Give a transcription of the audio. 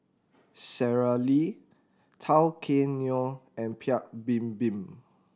Sara Lee Tao Kae Noi and Paik Bibim